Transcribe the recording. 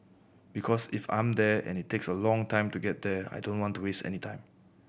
because if I'm there and it takes a long time to get there I don't want to waste any time